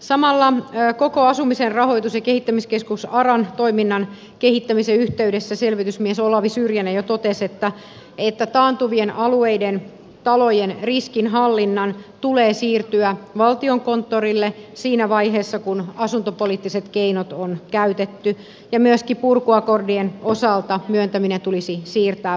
samalla koko asumisen rahoitus ja kehittämiskeskus aran toiminnan kehittämisen yhteydessä selvitysmies olavi syrjänen jo totesi että taantuvien alueiden talojen riskinhallinnan tulee siirtyä valtiokonttorille siinä vaiheessa kun asuntopoliittiset keinot on käytetty ja myöskin purkuakordien osalta myöntäminen tulisi siirtää valtiokonttorille